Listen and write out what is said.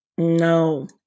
No